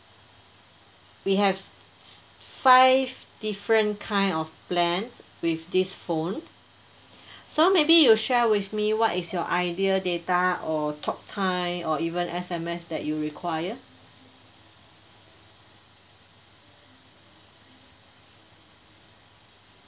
we have s~ s~ five different kind of plan with this phone so maybe you share with me what is your ideal data or talk time or even S_M_S that you require